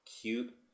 cute